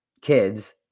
kids